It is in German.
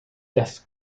das